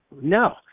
No